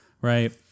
right